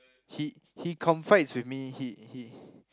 he he confides with me he he